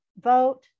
vote